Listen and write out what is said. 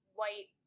white